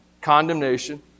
condemnation